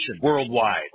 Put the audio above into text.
Worldwide